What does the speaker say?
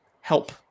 help